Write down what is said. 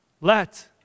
Let